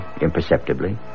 imperceptibly